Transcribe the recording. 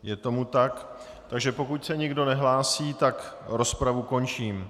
Jeli tomu tak a pokud se nikdo nehlásí, tak rozpravu končím.